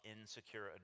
insecure